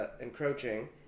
encroaching